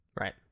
Right